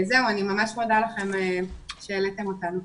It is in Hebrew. אני מודה לכם על שהעליתם אותנו.